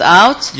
out